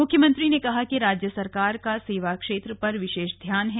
मुख्यमंत्री ने कहा कि राज्य सरकार का सेवा क्षेत्र पर विशेष ध्यान है